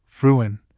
Fruin